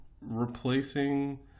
replacing